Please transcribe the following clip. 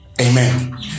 Amen